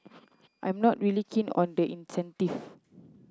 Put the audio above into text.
I'm not really keen on the incentive